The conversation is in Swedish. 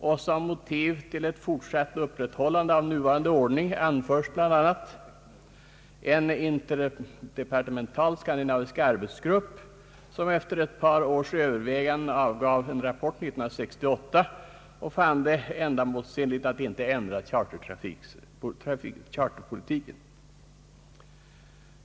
Såsom motiv för ett fortsatt upprätthållande av nuvarande ordning anförs bl.a. att en interdepartemental skandinavisk arbetsgrupp, som efter ett par års överväganden avgav en rapport 1968, fann det ändamålsenligt att inte ändra chartertrafikpolitiken.